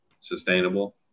sustainable